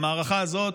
במערכה הזאת,